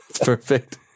perfect